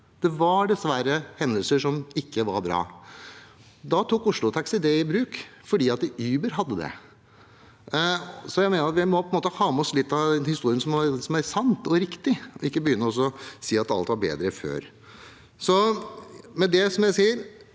Det var dessverre hendelser som ikke var bra. Da tok Oslotaxi det i bruk – fordi Uber hadde det. Jeg mener at vi må ha med oss litt av den historien som er sann og riktig, og ikke begynne å si at alt var bedre før. Alt var ikke